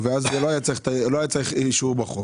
צריך אישור בחוק.